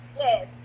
Yes